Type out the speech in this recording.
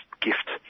gift